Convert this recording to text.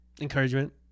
encouragement